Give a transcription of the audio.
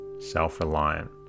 self-reliant